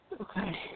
Okay